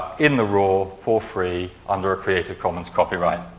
in the raw for free under a creative commons copyright.